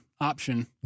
option